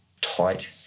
tight